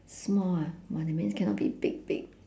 small ah !wah! that means cannot be big big